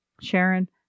Sharon